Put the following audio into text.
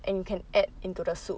and you can add into the soup